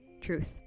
truth